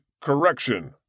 Correction